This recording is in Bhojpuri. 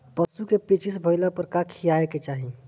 पशु क पेचिश भईला पर का खियावे के चाहीं?